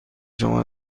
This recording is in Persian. شما